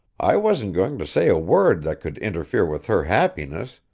i wasn't going to say a word that could interfere with her happiness,